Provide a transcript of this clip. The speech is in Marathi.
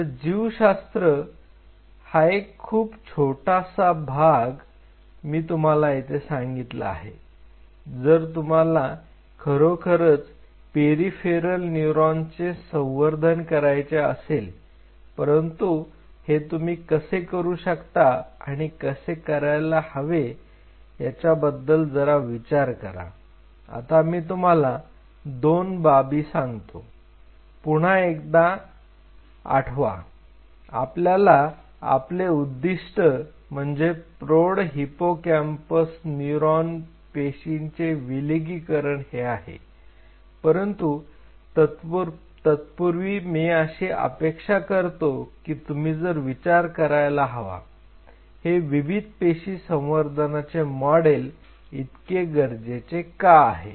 तर जीवशास्त्र एक खूप छोटासा भाग मी तुम्हाला येथे सांगितला आहे जर तुम्हाला खरोखरच पेरिफेरल न्यूरॉनचे संवर्धन करायचे असेल परंतु हे तुम्ही कसे करू शकता आणि कसे करायला हवे याच्याबद्दल जरा विचार करा आता मी तुम्हाला दोन बाबी मी सांगतो पुन्हा एकदा आठवा आपल्याला आपले उद्दिष्ट म्हणजे प्रौढ हिपोकॅम्पस न्यूरॉन पेशींचे विलगीकरण हे आहे परंतु तत्पूर्वी मी अशी अपेक्षा करतो की तुम्ही असा विचार करायला हवा हे विविध पेशी संवर्धनाचे मॉडेल इतके गरजेचे का आहे